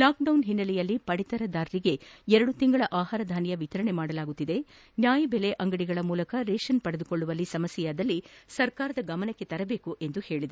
lockdown ಹಿನ್ನೆಲೆಯಲ್ಲಿ ಪಡಿತರದಾರರಿಗೆ ಎರಡು ತಿಂಗಳ ಆಹಾರಧಾನ್ಯ ವಿತರಣೆ ಮಾಡುತ್ತಿದ್ದು ನ್ಯಾಯಬೆಲೆ ಅಂಗಡಿಗಳ ಮೂಲಕ ಪಡಿತರ ಪಡೆದುಕೊಳ್ಳುವಲ್ಲಿ ಸಮಸ್ಯೆಯಾದರೆ ಸರ್ಕಾರದ ಗಮನಕ್ಕೆ ತರಬೇಕು ಎಂದು ಹೇಳಿದರು